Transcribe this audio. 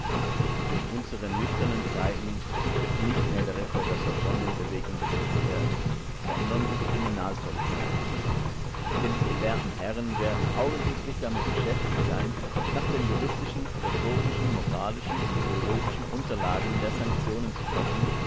in unseren nüchternen zeiten wird nicht mehr der rektor der sorbonne in bewegung gesetzt werden sondern die kriminalpolizei denn die gelehrten herren werden augenblicklich damit beschäftigt sein nach den juristischen philosophischen moralischen und theologischen unterlagen der sanktionen zu forschen